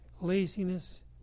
laziness